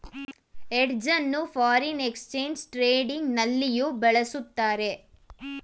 hedge ಅನ್ನು foreign exchange trading ನಲ್ಲಿಯೂ ಬಳಸುತ್ತಾರೆ